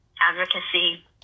advocacy